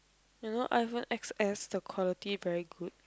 you know iPhone X_S the quality very good